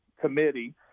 committee